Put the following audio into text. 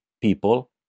people